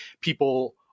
people